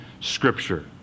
Scripture